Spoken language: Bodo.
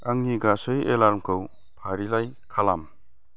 आंनि गासै एलार्मखौ फारिलाइ खालाम